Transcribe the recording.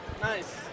Nice